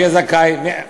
שיהיה זכאי.